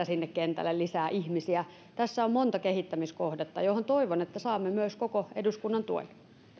sinne kentälle lisää ihmisiä tässä on monta kehittämiskohdetta joihin toivon että saamme myös koko eduskunnan tuen